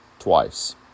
Twice